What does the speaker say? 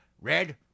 Red